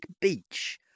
Beach